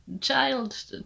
child